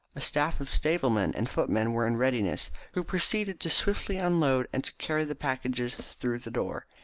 a staff of stablemen and footmen were in readiness, who proceeded to swiftly unload and to carry the packages through the door.